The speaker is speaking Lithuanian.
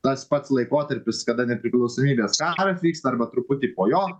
tas pats laikotarpis kada nepriklausomybės karas vyksta arba truputį po jo